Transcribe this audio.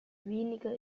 weniger